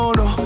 no